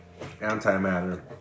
antimatter